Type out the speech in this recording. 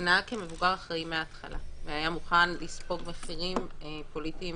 שנהג כמבוגר אחראי מהתחלה והיה מוכן לספוג מחירים פוליטיים